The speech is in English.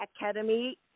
academy